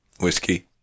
Whiskey